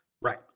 Right